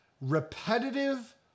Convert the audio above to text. repetitive